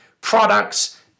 products